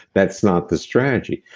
that's not the strategy.